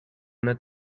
una